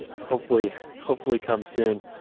ah hopefully, hopefully come soon.